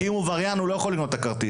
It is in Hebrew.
אם הוא עבריין הוא לא יכול לקנות את הכרטיס.